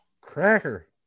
Cracker